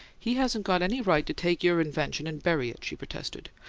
he hasn't got any right to take your invention and bury it, she protested.